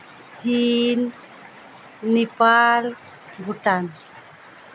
ᱪᱤᱱ ᱱᱮᱯᱟᱞ ᱵᱷᱩᱴᱟᱱ